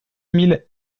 mille